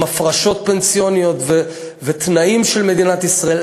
עם הפרשות פנסיוניות ותנאים של מדינת ישראל.